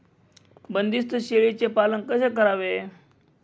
बंदिस्त शेळीचे पालन कसे करावे?